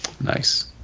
Nice